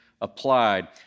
applied